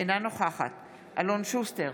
אינה נוכחת אלון שוסטר,